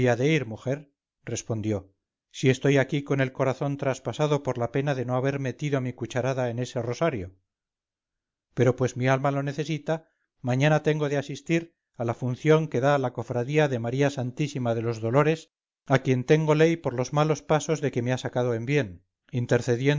ir mujer respondió si estoy aquí con el corazón traspasado por la pena de no haber metido mi cucharada en ese rosario pero pues mi alma lo necesita mañana tengo de asistir a la función que da la cofradía de maría santísima de los dolores a quien tengo ley por los malos pasos de que me ha sacado en bien